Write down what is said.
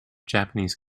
japanese